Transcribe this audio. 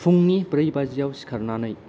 फुंनि ब्रै बाजियाव सिखारनानै